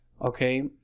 okay